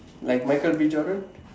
like Michael-B-Jordan